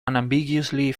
unambiguously